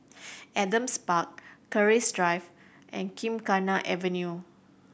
Adam's Park Keris Drive and Gymkhana Avenue